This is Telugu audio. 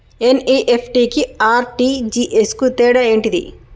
ఎన్.ఇ.ఎఫ్.టి కి ఆర్.టి.జి.ఎస్ కు తేడా ఏంటిది?